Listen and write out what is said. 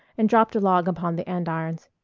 and dropped a log upon the andirons.